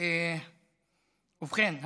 ובכן,